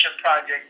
project